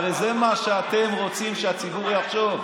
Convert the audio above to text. הרי זה מה שאתם רוצים שהציבור יחשוב,